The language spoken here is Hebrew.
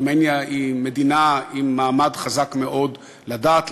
ארמניה היא מדינה עם מעמד חזק מאוד לדת,